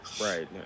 right